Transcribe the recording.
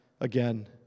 again